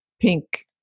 pink